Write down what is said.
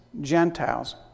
Gentiles